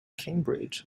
cambridge